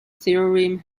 theorem